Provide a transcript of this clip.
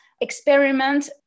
experiment